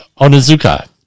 Onizuka